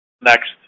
next